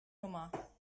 nummer